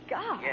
God